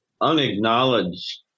unacknowledged